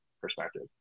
perspective